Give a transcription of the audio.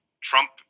Trump